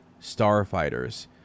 starfighters